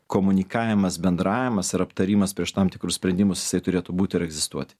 komunikavimas bendravimas ir aptarimas prieš tam tikrus sprendimus jisai turėtų būti ir egzistuoti